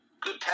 good